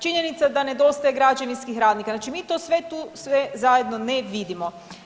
Činjenica da nedostaje građevinskih radnika, znači mi to sve tu, sve zajedno ne vidimo.